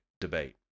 debate